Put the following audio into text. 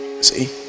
See